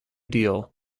deal